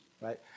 Right